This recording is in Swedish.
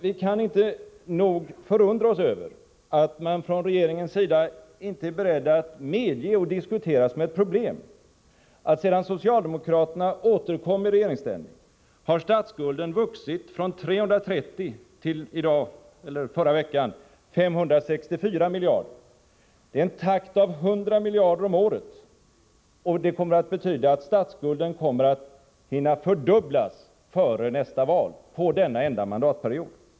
Vi kan inte nog förundra oss över att man från regeringens sida inte är beredd att medge och diskutera som ett problem att statsskulden, sedan socialdemokraterna återkom i regeringsställning, har vuxit från 330 miljarder kronor till att i förra veckan vara 564 miljarder kronor. Det är en takt av 100 miljarder om året. Det kommer att betyda att statsskulden hinner fördubblas före nästa val — på denna enda mandatperiod.